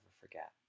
forget